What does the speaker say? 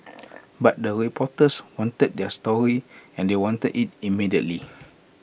but the reporters wanted their story and they wanted IT immediately